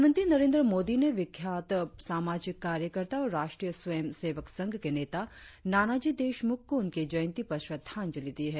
प्रधानमंत्री नरेंद्र मोदी ने विख्यात सामाजिक कार्यकर्ता और राष्ट्रीय स्वयं सेवक संघ के नेता नानाजी देशमुख को उनकी जयंती पर श्रद्धांजलि दी है